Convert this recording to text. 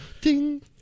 Ding